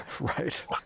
right